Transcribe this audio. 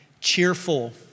cheerful